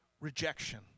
rejection